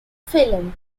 film